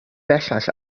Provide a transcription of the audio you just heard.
bellach